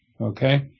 okay